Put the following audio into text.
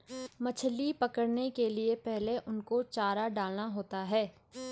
मछली पकड़ने के लिए पहले उनको चारा डालना होता है